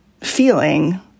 feeling